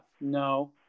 No